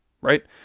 right